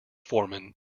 foreman